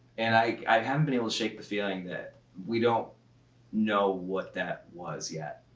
and i haven't been able to shake the feeling that we don't know what that was yet.